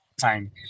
time